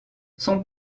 son